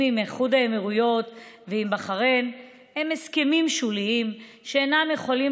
עם איחוד האמירויות ועם בחריין הם הסכמים שוליים שאינם יכולים